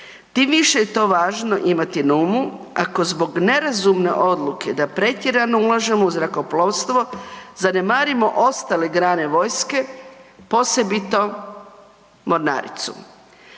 Tim više je to važno imati na umu ako zbog nerazumne odluke da pretjerano ulažemo u zrakoplovstvo, zanemarimo ostale grane vojske posebito mornaricu